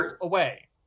Away